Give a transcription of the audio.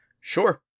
sure